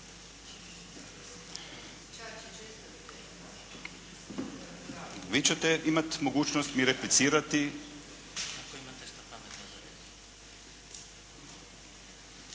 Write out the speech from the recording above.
Vi ćete imati mogućnost mi replicirati.